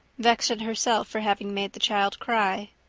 vexed at herself for having made the child cry.